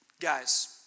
Guys